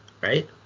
right